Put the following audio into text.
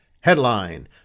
Headline